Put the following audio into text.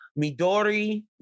Midori